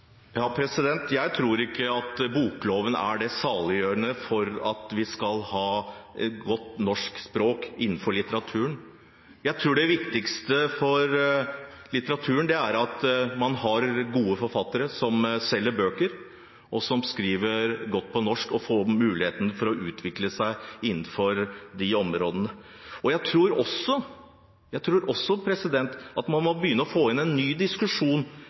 Jeg tror ikke at bokloven er det saliggjørende for at vi skal ha et godt norsk språk i litteraturen. Jeg tror det viktigste for litteraturen er at man har gode forfattere, som selger bøker, som skriver godt på norsk, og som får mulighet til å utvikle seg innenfor de områdene. Jeg tror også at man må få en ny diskusjon